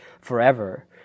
forever